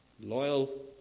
Loyal